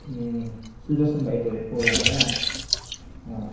ए सुदर्शन भाइ बोलेको ओलाबाट